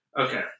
Okay